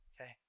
Okay